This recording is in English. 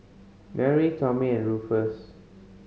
Nery Tommy and Rufus